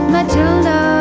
Matilda